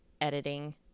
editing